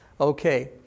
Okay